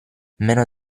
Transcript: meno